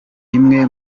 imwe